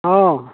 हँ